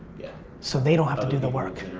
yeah so they don't have to do the work.